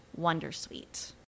wondersuite